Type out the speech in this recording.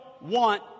want